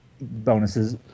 bonuses